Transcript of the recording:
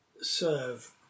serve